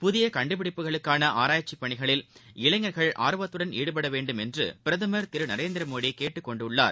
புதியகண்டுபிடிப்புகளுக்கானஆராய்ச்சிப் பணிகளில் இளைஞ்கள் ஆர்வத்துடன் ஈடுபடவேண்டுமென்றபிரதமர் திருநரேந்திரமோடிகேட்டுக் கொண்டுள்ளார்